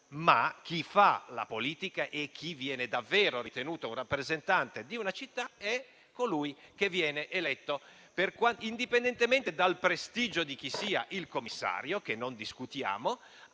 ma chi fa la politica e chi viene davvero ritenuto un rappresentante di una città è colui che viene eletto, indipendentemente dal prestigio di chi sia il commissario che non discutiamo.